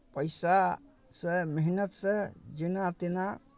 पैसासँ मेहनतिसँ जेना तेना